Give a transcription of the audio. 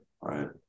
right